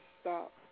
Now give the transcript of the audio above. stop